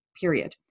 period